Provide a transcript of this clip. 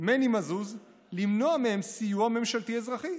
מני מזוז למנוע מהם סיוע ממשלתי אזרחי.